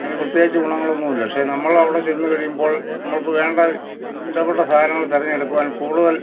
അതിന് പ്രത്യേകിച്ച് ഗുണങ്ങളൊന്നും ഇല്ല പക്ഷേ നമ്മൾ അവിടെ ചെന്ന് കഴിയുമ്പോൾ നമുക്ക് വേണ്ട ഇഷ്ടപ്പെട്ട സാധനങ്ങൾ തിരഞ്ഞെടുക്കുവാൻ കൂടുതൽ